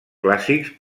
clàssics